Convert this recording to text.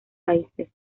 países